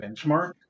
benchmark